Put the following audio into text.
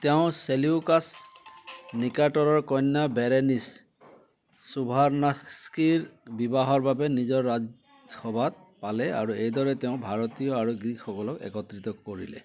তেওঁ চেলিউকাছ নিকাটৰৰ কন্যা বেৰেনিচ চোভাৰ্ন্নাক্সিৰ বিবাহৰ বাবে নিজৰ ৰাজসভাত পালে আৰু এইদৰে তেওঁ ভাৰতীয় আৰু গ্ৰীকসকলক একত্ৰিত কৰিলে